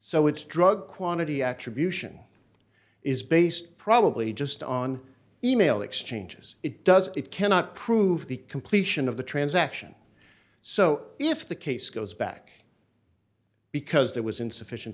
so it's drug quantity attribution is based probably just on e mail exchanges it does it cannot prove the completion of the transaction so if the case goes back because there was insufficient